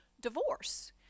divorce